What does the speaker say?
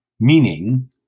meaning